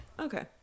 Okay